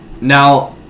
Now